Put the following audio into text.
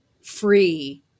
free